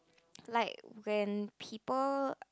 like when people